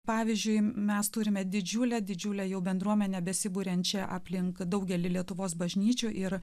pavyzdžiui mes turime didžiulę didžiulę bendruomenę besiburiančią aplink daugelį lietuvos bažnyčių ir